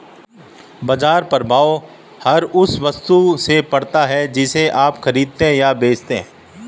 बाज़ार प्रभाव हर उस वस्तु से पड़ता है जिसे आप खरीदते या बेचते हैं